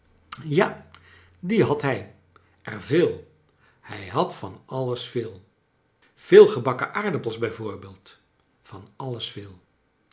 ja die had hij er veel hij had van alles veel veel gebakken aardappels bijvoorbeeld van alles veel